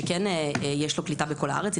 שכן יש לו קליטה בכל הארץ.